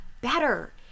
better